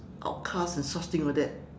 outcast and such thing like that